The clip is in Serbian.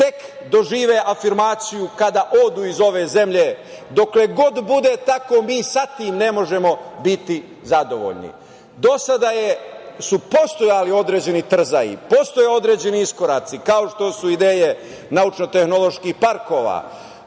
tek dožive afirmaciju kada odu iz ove zemlje. Dokle god bude tako, mi sa tim ne možemo biti zadovoljni. Do sada su postojali određeni trzaji, postojali određeni iskoraci, kao što su ideje naučno-tehnoloških parkova,